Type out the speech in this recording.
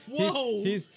Whoa